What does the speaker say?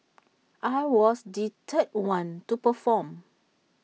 I was the third one to perform